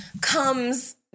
comes